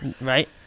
Right